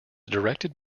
directed